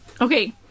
okay